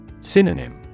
Synonym